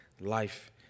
life